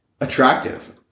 attractive